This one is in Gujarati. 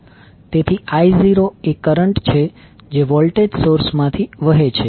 તેથી I0 એ કરંટ છે જે વોલ્ટેજ સોર્સ માંથી વહે છે